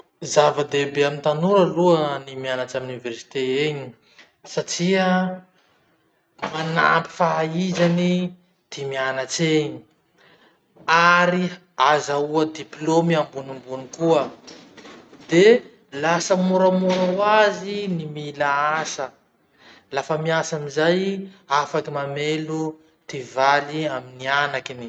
Zava-dehibe amy tanora aloha ny mianatsy amy université eny satry manampy fahaizany ty mianatry eny, ary azahoa diploma ambonimbony koa de lasa moramora hoazy ny mila asa. Lafa miasa amizay, afaky mamelo ty valy amin'ny anakiny.